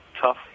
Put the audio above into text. tough